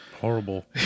Horrible